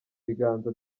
biganza